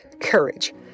courage